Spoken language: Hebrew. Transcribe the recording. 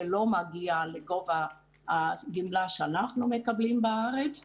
שלא מגיעה לגובה הגמלה שאנחנו מקבלים בארץ.